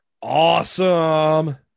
Awesome